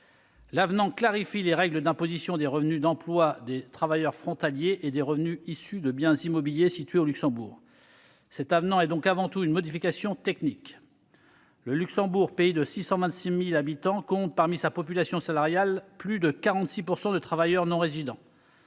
L'avenant clarifie les règles d'imposition des revenus d'emploi des travailleurs frontaliers et des revenus issus de biens immobiliers situés au Luxembourg. Il est donc avant tout une modification technique. Le Luxembourg, pays de 626 000 habitants, compte, parmi sa population salariée, plus de 46 % de travailleurs non résidents.